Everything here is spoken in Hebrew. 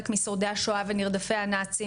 חלק משורדי השואה ונרדפי הנאצים,